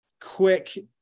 quick